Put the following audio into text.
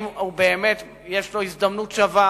אם יש לו הזדמנות שווה